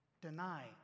Deny